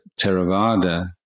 Theravada